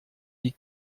die